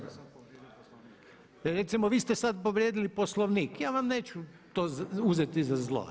Recimo vi ste sad povrijedili Poslovnik ja vam neću to uzeti za zlo.